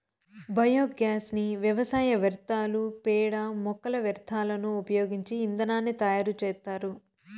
biogas ని వ్యవసాయ వ్యర్థాలు, పేడ, మొక్కల వ్యర్థాలను ఉపయోగించి ఇంధనాన్ని తయారు చేత్తారు